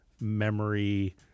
memory